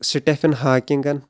stephen hawking